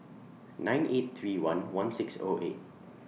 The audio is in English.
nine eight three one one six O eight